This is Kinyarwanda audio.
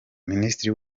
minisitiri